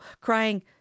crying